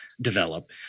develop